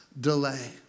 delay